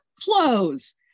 clothes